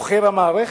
עוכר המערכת?